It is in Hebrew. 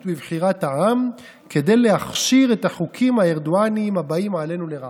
בבחירת העם כדי להכשיר את החוקים הארדואניים הבאים עלינו לרעה.